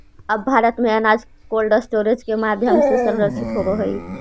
अब भारत में अनाज कोल्डस्टोरेज के माध्यम से संरक्षित होवऽ हइ